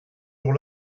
jour